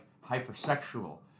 hyper-sexual